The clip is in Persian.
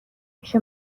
پیش